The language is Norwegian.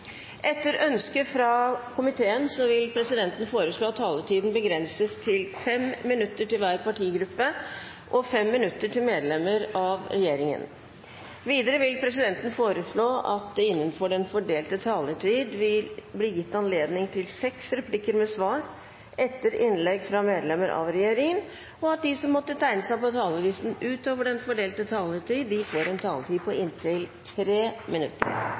Etter ønske fra kommunal- og forvaltningskomiteen vil presidenten foreslå at taletiden begrenses til 5 minutter til hver partigruppe og 5 minutter til medlemmer av regjeringen. Videre vil presidenten foreslå at det vil bli gitt anledning til seks replikker med svar etter innlegg fra medlemmer av regjeringen innenfor den fordelte taletid, og at de som måtte tegne seg på talerlisten utover den fordelte taletid, får en taletid på inntil 3 minutter.